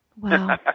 Wow